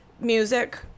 music